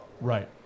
Right